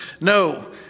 No